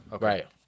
Right